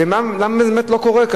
למה באמת זה לא קורה?